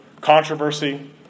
controversy